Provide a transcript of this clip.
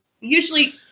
Usually